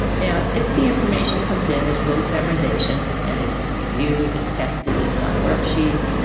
now if the information comes in as rote memorisation and it's reviewed, it's tested, it's on work sheets,